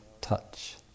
touch